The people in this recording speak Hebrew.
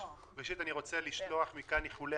ראשית, אני רוצה לשלוח מכאן איחולי